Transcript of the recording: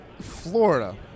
Florida